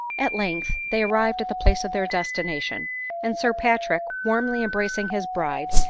at length they arrived at the place of their destina tion and sir patrick, warmly embracing his bride,